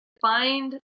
find